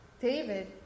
David